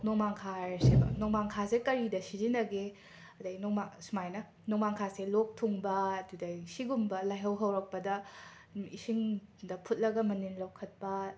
ꯅꯣꯡꯃꯥꯡꯈꯥ ꯍꯥꯏꯔꯁꯦꯕ ꯅꯣꯡꯃꯥꯡꯈꯥꯁꯦ ꯀꯔꯤꯗ ꯁꯤꯖꯤꯟꯅꯒꯦ ꯑꯗꯒꯤ ꯅꯣꯡꯃꯥ ꯁꯨꯃꯥꯏꯅ ꯅꯣꯡꯃꯥꯡꯈꯥꯁꯦ ꯂꯣꯛ ꯊꯨꯡꯕ ꯇꯨꯗꯩ ꯁꯤꯒꯨꯝꯕ ꯂꯥꯏꯍꯧ ꯍꯧꯔꯛꯄꯗ ꯏꯁꯤꯡꯗ ꯐꯨꯠꯂꯒ ꯃꯅꯤꯟ ꯂꯧꯈꯠꯄ